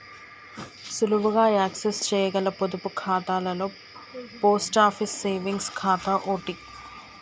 సులువుగా యాక్సెస్ చేయగల పొదుపు ఖాతాలలో పోస్ట్ ఆఫీస్ సేవింగ్స్ ఖాతా ఓటి